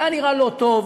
זה נראה לא טוב.